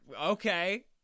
okay